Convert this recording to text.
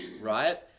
right